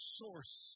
source